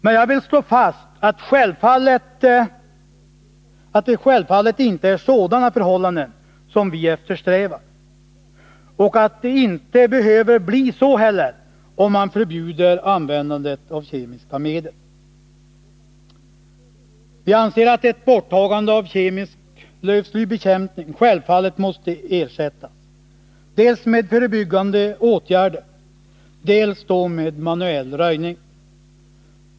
Men jag vill slå fast att det självfallet inte är sådana förhållanden vi eftersträvar och att det inte heller behöver bli så om man förbjuder användandet av kemiska medel. Vi anser att ett borttagande av kemisk lövslybekämpning självfallet måste ersättas, dels med förebyggande åtgärder, dels med manuell röjning.